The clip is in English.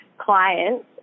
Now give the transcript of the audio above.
clients